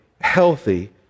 healthy